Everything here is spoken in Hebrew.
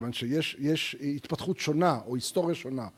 ‫כיוון שיש התפתחות שונה ‫או היסטוריה שונה.